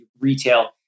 retail